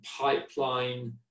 pipeline